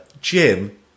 Jim